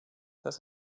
das